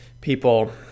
people